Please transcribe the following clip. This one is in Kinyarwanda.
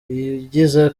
yagize